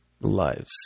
lives